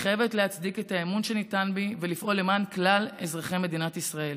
ומתחייבת להצדיק את האמון שניתן בי ולפעול למען כלל אזרחי מדינת ישראל.